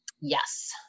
Yes